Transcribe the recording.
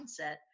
mindset